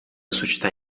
società